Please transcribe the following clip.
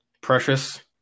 Precious